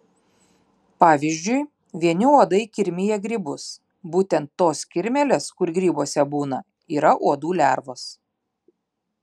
pavyzdžiui vieni uodai kirmija grybus būtent tos kirmėlės kur grybuose būna yra uodų lervos